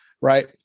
right